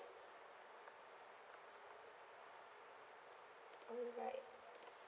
alright